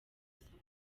asabwa